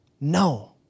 No